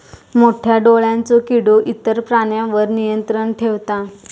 मोठ्या डोळ्यांचो किडो इतर प्राण्यांवर नियंत्रण ठेवता